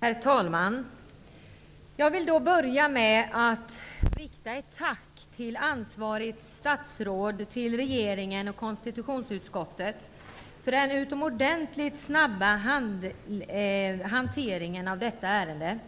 Herr talman! Jag vill börja med att rikta ett tack till ansvarigt statsråd, till regeringen och till konstitutionsutskottet för den utomordentligt snabba hanteringen av detta ärende.